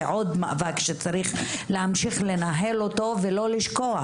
זה עוד מאבק שצריך להמשיך לנהל אותו ולא לשכוח,